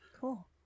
Cool